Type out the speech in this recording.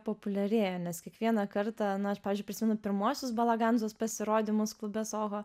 populiarėja nes kiekvieną kartą na aš pavyzdžiui prisimenu pirmuosius balaganzos pasirodymus klube soho